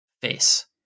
face